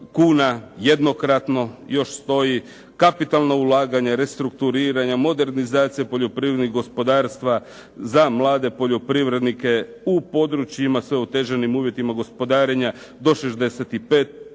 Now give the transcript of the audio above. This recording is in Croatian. kuna jednokratno. Još stoji kapitalno ulaganje restrukturiranja modernizacije poljoprivrednog gospodarstva za mlade poljoprivrednike u područjima sa otežanim uvjetima gospodarenja do 65%,